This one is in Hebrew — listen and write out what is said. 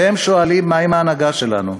והם שואלים: מה עם ההנהגה שלנו?